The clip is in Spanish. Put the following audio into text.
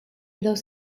dos